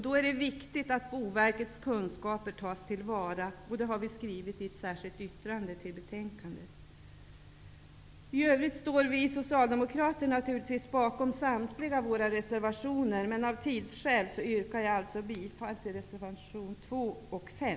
Då är det viktigt att Boverkets kunskaper tas till vara, vilket vi har skrivit i ett särskilt yttrande i betänkandet. I övrigt står vi socialdemokrater naturligtvis bakom samtliga våra reservationer, men av tidsskäl yrkar jag alltså bifall till reservationerna 2 och 5.